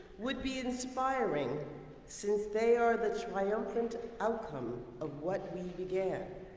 would be inspiring since they are the triumphant outcome of what we began.